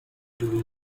during